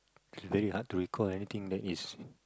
it very hard to recall anything that is